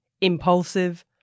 impulsive